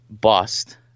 bust